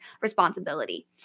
responsibility